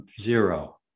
zero